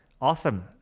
Awesome